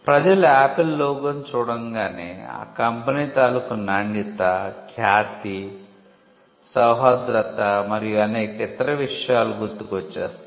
ప్రజలు ఆపిల్ లోగోను చూడంగానే ఆ కంపెనీ తాలుకూ నాణ్యత ఖ్యాతి సౌహార్ధ్రత మరియు అనేక ఇతర విషయాలు గుర్తుకు వచ్చేస్తాయి